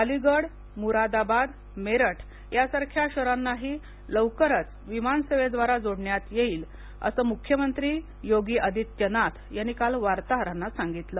अलीगड मुरादाबाद मेरठ या सारख्या शहरांनाही लवकरच विमान सेवेद्वारा जोडण्यात येईल असं मुख्यमंत्री योगी आदित्यनाथ यांनी काल वार्ताहरांना सांगितलं